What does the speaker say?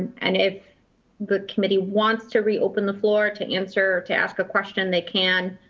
and if the committee wants to reopen the floor to answer or to ask a question, they can,